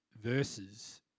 verses